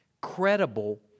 credible